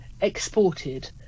exported